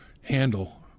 handle